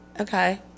Okay